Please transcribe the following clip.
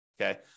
Okay